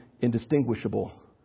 indistinguishable